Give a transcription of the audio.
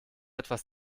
etwas